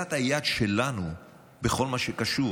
אוזלת היד שלנו בכל מה שקשור